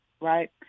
Right